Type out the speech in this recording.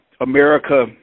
America